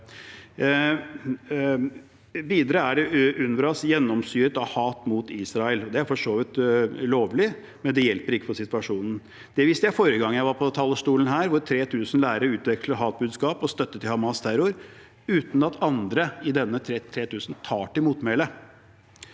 Videre er UNRWA gjennomsyret av hat mot Israel. Det er for så vidt lovlig, men det hjelper ikke på situasjonen. Det viste jeg forrige gang jeg var på talerstolen her, at 3 000 lærere utveksler hatbudskap og støtte til Hamas’ terror, uten at andre av disse 3 000 tar til motmæle.